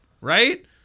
Right